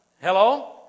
Hello